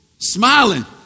smiling